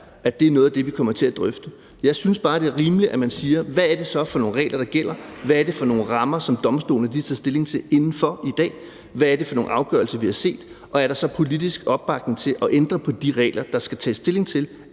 på det, og det lytter jeg mig til at der er. Jeg synes bare, det er rimeligt, at man ser på, hvad det så er for nogle regler, der gælder, hvad det er for nogle rammer, domstolene tager stilling til inden for i dag, hvad det er for nogle afgørelser, vi har set, og om der så er politisk opbakning til at ændre på de regler, der skal tages stilling til